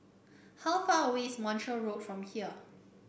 how far away is Montreal Road from here